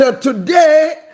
Today